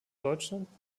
deutschland